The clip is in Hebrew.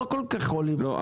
לא כל כך עולים --- לא,